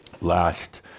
last